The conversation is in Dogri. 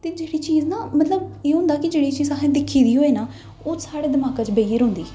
ते जेह्ड़ी चीज ना मतलब एह् होंदा कि जेह्ड़ी चीज असें दिक्खी दी होए न ओह् साढ़े दमाकै च बेइयै रौंह्दी ऐ